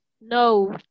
No